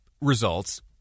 results